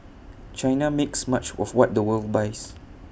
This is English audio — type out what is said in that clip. China makes much of what the world buys